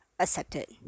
accepted